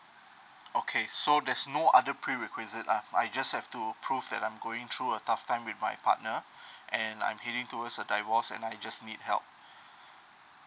okay so there's no other pre requisite ah I just have to prove that I'm going through a tough time with my partner and I'm heading towards a divorce and I just need help